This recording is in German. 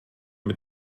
mit